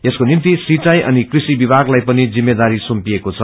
यसको निम्टि सिंचखई अनि कृषि विभाग्लाई पनि जिम्मेदारी सुम्पिइएको छ